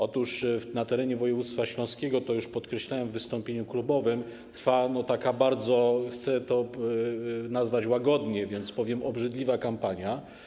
Otóż na terenie województwa śląskiego, co już podkreślałem w wystąpieniu klubowym, trwa taka bardzo, chcę to nazwać łagodnie, więc powiem: obrzydliwa kampania.